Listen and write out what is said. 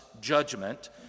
judgment